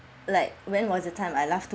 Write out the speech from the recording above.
like when was the time I laughed